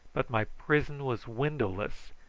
but my prison was windowless,